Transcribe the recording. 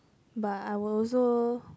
but I will also